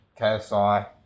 KSI